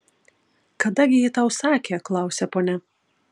kada gi ji tau sakė klausia ponia